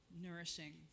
Nourishing